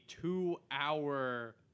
two-hour